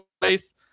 place